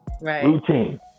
routine